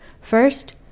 First